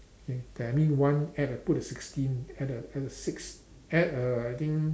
okay there I mean one add a put a sixteen at the at the six add a I think